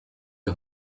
the